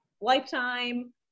lifetime